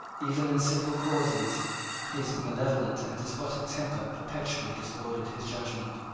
even in civil causes his malevolent and despotic temper perpetually disordered his judgment.